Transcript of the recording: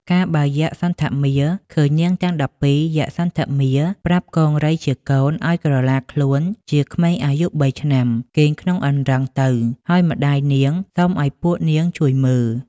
កាលបើយក្ខសន្ធរមារឃើញនាងទាំង១២ យក្ខសន្ធមារប្រាប់កង្រីជាកូនឲ្យក្រឡាខ្លួនជាក្មេងអាយុ៣ឆ្នាំគេងក្នុងអង្រឹងទៅ ហើយម្តាយនាងសុំឲ្យពួកនាងជួយមើល។